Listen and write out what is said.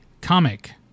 comic